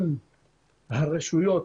אם הרשויות